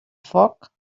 foc